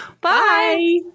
bye